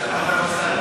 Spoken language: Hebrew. לסוריה.